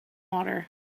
water